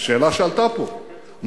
שאלה שעלתה פה,